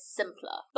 simpler